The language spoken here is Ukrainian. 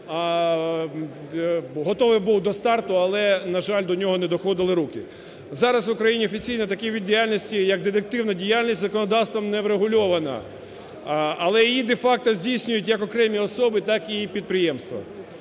готовий був до старту, але, на жаль, до нього не доходили руки. Зараз офіційно в Україні такий вид діяльності як детективна діяльність законодавством не врегульована, але її де-факто здійснюють як окремі особи, так і підприємства.